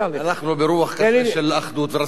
הלכנו ברוח כזאת של אחדות ורצינו לשמוע דעה אחרת.